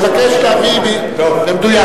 אני מבקש להביא במדויק.